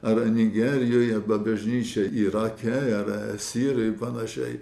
ar nigerijoj arba bažnyčiai irake ar ar sirijoj ir panašiai